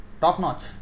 top-notch